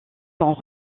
sont